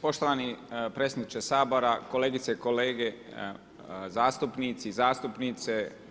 Poštovani predsjedniče Sabora, kolegice i kolege zastupnici i zastupnice.